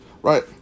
Right